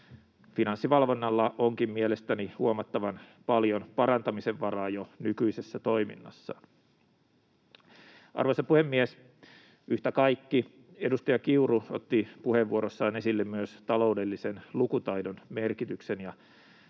Finanssivalvonnalla onkin mielestäni huomattavan paljon parantamisen varaa jo nykyisessä toiminnassaan. Arvoisa puhemies! Yhtä kaikki edustaja Kiuru otti puheenvuorossaan esille myös ta-loudellisen lukutaidon merkityksen, ja tästä